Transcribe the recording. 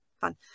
fun